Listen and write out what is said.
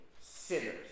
sinners